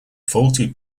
faulty